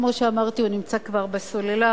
כמו שאמרתי, הוא נמצא כבר בסוללה.